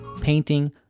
painting